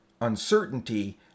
uncertainty